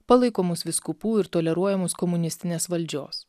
palaikomus vyskupų ir toleruojamus komunistinės valdžios